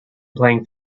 playing